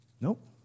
Nope